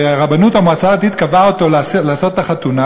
שהרבנות או המועצה הדתית קבעה אותו לעשות את החתונה,